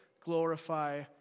glorify